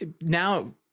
now